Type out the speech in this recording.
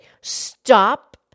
Stop